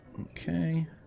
Okay